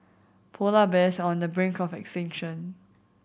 polar bears on the brink of extinction